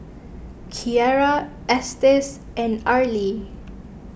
Kierra Estes and Arly